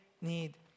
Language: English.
need